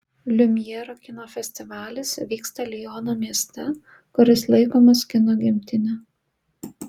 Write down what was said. liumjero kino festivalis vyksta liono mieste kuris laikomas kino gimtine